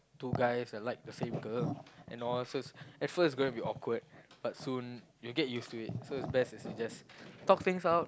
two guys that like the same girl and all so it's at first it's gonna be awkward but soon you'll get used to it so it's best if you just talk things out